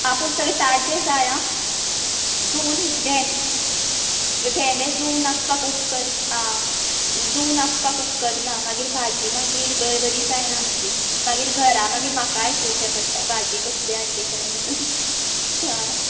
आं पूण सगळे ताज्जे जाय आं जून भेंडे भेंडे जून आसपाक उपकारना आं जून आसपाक उपकारना मागीर भाजी मागीर बरी जायना मागीर मागीर घरा मागीर म्हाका आयकूचे पडटा भाजी कसली हाडली काय म्हणून